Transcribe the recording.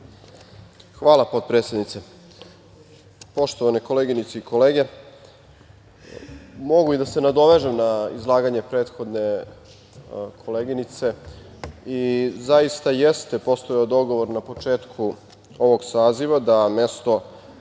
Hvala potpredsednice. Poštovane koleginice i kolege, mogu i da se nadovežem na izlaganje prethodne koleginice, zaista jeste postojao dogovor na početku ovog saziva da mesto